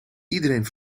iedereen